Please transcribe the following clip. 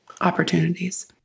opportunities